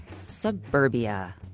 Suburbia